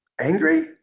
Angry